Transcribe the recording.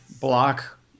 block